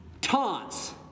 taunts